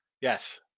Yes